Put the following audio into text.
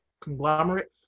conglomerate